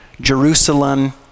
Jerusalem